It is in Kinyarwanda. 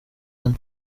hano